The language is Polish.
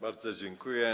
Bardzo dziękuję.